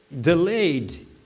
delayed